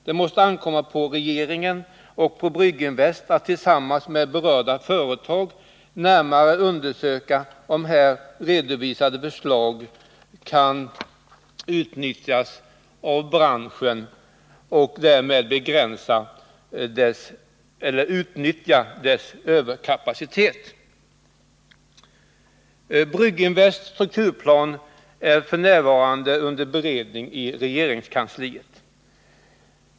Det måste ankomma på regeringen och Brygginvest att tillsammans med berörda företag närmare undersöka om här redovisade förslag till utnyttjande av branschens överkapacitet kan få praktisk betydelse. Brygginvests strukturplan är f.n. under beredning i regeringskansliet.